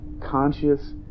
conscious